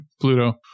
Pluto